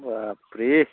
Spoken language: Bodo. बापरे